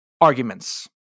arguments